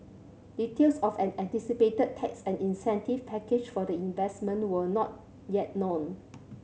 details of an anticipated tax and incentive package for the investment were not yet known